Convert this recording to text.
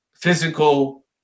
Physical